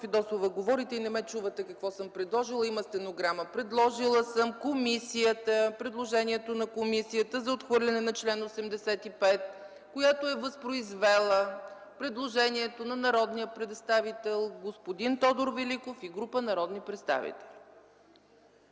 Фидосова, говорите и не ме чувате какво съм предложила! Има стенограма! Предложила съм да гласуваме предложението на комисията за отхвърляне на чл. 85, която е възпроизвела предложението на народния представител господин Тодор Великов и група народни представители.